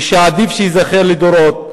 ושעדיף שייזכר לדורות,